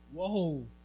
Whoa